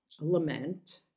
lament